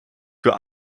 für